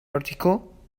article